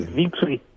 victory